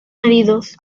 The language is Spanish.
heridos